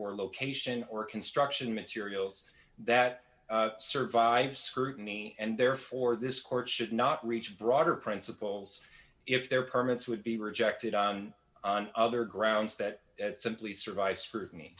or location or construction materials that served by scrutiny and therefore this court should not reach broader principles if their permits would be rejected on other grounds that simply survive scrutiny